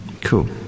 cool